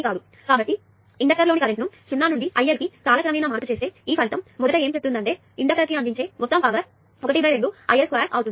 కాబట్టి మీరు ఇండక్టర్లోని కరెంట్ను 0 నుండి IL కి కాల క్రమేణా మార్పు చేస్తే ఈ ఫలితం మొదట ఏమి చెబుతుంది అంటే అప్పుడు ఇండక్టర్కు అందించే మొత్తం పవర్ 12LIL2అవుతుంది